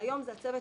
והיום זה הצוות